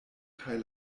kaj